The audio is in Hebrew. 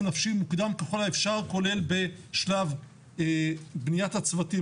נפשי מוקדם ככל האפשר כולל בשלב בניית הצוותים,